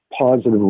positive